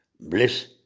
Bliss